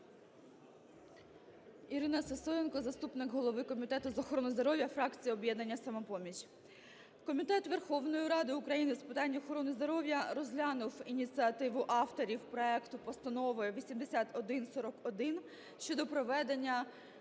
Ірина Сисоєнко, заступник голови Комітету з охорони здоров'я, фракція "Об'єднання "Самопоміч". Комітет Верховної Ради України з питань охорони здоров'я розглянув ініціативу авторів проекту Постанови 8141 щодо проведення